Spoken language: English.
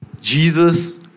Jesus